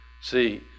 see